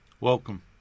Welcome